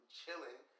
chilling